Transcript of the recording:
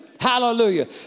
Hallelujah